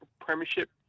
premiership